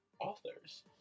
authors